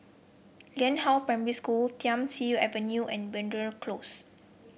Lianhua Primary School Thiam Siew Avenue and Belvedere Close